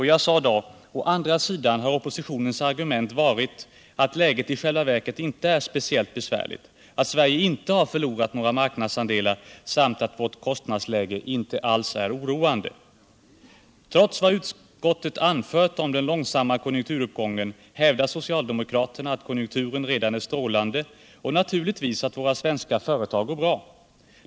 Jag sade då: ”Å andra sidan har oppositionens argumentering varit att läget i själva verket inte är speciellt besvärligt, att Sveriges inte har förlorat några marknadsandelar, samt att vårt kostnadsläge inte alls är särskilt oroande. Trots vad utskottet anfört om den långsamma konjunkturuppgången hävdar socialdemokraterna att konjunkturen redan är strålande och naturligtvis att våra svenska företag går bra.